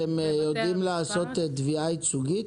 אתם יודעים לעשות תביעה ייצוגית?